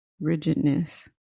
rigidness